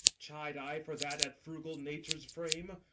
chid i for that at frugal nature's frame?